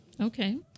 Okay